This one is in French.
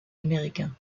américain